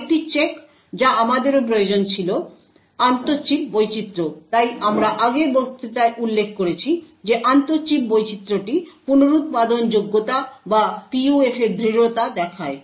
আরেকটি চেক যা আমাদেরও প্রয়োজন ছিল আন্তঃ চিপ বৈচিত্র্য তাই আমরা আগের বক্তৃতায় উল্লেখ করেছি যে আন্তঃ চিপ বৈচিত্রটি পুনরুত্পাদনযোগ্যতা বা PUF এর দৃঢ়তা দেখায়